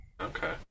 Okay